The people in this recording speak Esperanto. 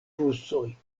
rusoj